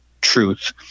truth